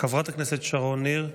חברת הכנסת שרון ניר,